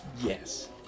Yes